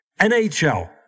NHL